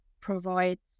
provides